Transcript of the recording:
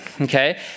okay